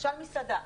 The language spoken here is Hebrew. למשל מסעדה,